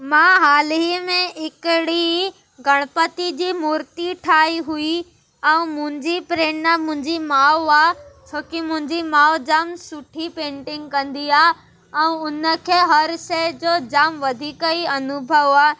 मां हाल ई में हिकिड़ी गणपति जी मुर्ती ठाहीं हुई ऐं मुंहिंजी प्रेरणा मुंहिंजी माउ आहे छोकी मुंहिंजी माउ जाम सुठी पेंटिंग कंदी आहे ऐं हुनखे हर शइ जो जाम वधीक ई अनुभव आहे